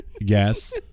yes